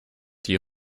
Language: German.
die